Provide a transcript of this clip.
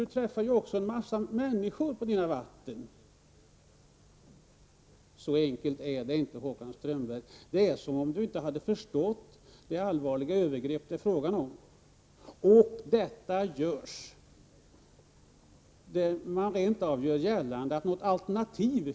Du träffar ju också en massa människor på dina vatten. Så enkelt är det inte, Håkan Strömberg. Det är som om Håkan Strömberg inte har förstått vilket allvarligt övergrepp som det här är fråga om. Socialdemokraterna gör dessutom gällande att det inte fanns något alternativ.